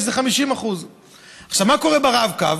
שזה 50%. מה קורה ברב-קו?